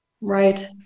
Right